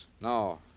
No